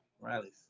Rallies